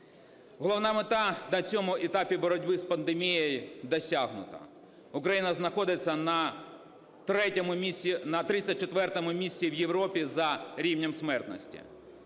Головна мета на цьому етапі боротьби з пандемією досягнута – Україна знаходиться на 34 місці в Європі за рівнем смертності.